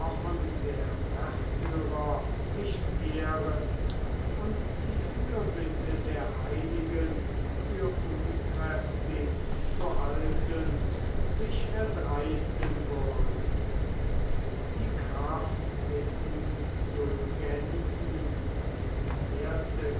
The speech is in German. der märtyrer nicht ehren und die fürbitte der heiligen für unkräftig zu halten sich erdreisten würde die kraft der indulgenzen die erste